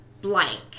blank